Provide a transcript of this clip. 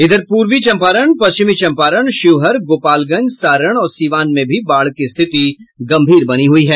उधर पूर्वी चंपारण पश्चिमी चंपारण शिवहर गोपालगंज सारण और सिवान में भी बाढ़ की स्थिति गंभीर बनी हुई है